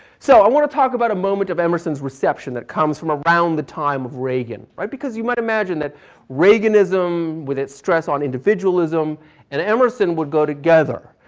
so i want to talk about a moment of emerson's reception that comes from around the time of reagan, because you might imagine that reaganism with its stress on individualism and emerson would go together,